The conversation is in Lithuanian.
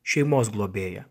šeimos globėją